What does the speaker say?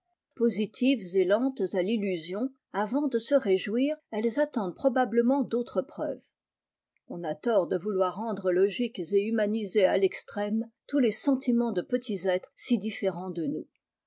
positives et lentes à tillusion avant de se réjouir elles attendent probablement d'autres preuves on a tort de vouloir rendre logiques et humaniser à textrême tous les sentiments de petits êtres si différents de nous